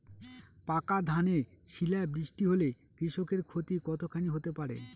পাকা ধানে শিলা বৃষ্টি হলে কৃষকের ক্ষতি কতখানি হতে পারে?